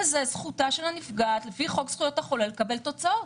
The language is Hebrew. וזאת זכותה של הנפגעת לפי חוק זכויות החולה לקבל תוצאות,